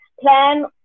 plan